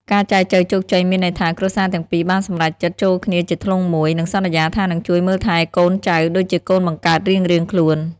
ការចែចូវជោគជ័យមានន័យថា គ្រួសារទាំងពីរបានសម្រេចចិត្ត "ចូលគ្នាជាធ្លុងមួយ" និងសន្យាថានឹងជួយមើលថែទាំកូនចៅដូចជាកូនបង្កើតរៀងៗខ្លួន។